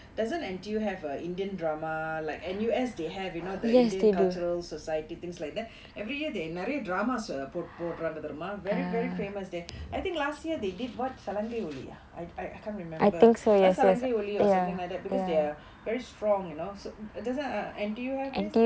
doesn't N_T_U have a indian drama like N_U_S they have you know the indian cultural society things like that every year they நிறைய:niraiya dramas போட~ போடறாங்க தெரியுமா:pod~ podraanga theriyumaa very very famous there I think last year they did what சலங்கை ஒலி:salangai oli ah I I can't remember சலங்கை ஒலி:salangai oli or something like that because they are very strong you know so it doesn't uh N_T_U have that